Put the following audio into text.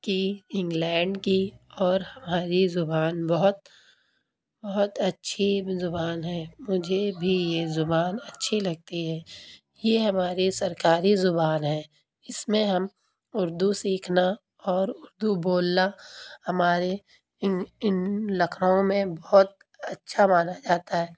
کی انگلینڈ کی اور ہماری زبان بہت بہت اچھی زبان ہے مجھے بھی یہ زبان اچھی لگتی ہے یہ ہماری سرکاری زبان ہے اس میں ہم اردو سیکھنا اور اردو بولنا ہمارے ان ان لکھنؤ میں بہت اچھا مانا جاتا ہے